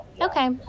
Okay